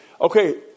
Okay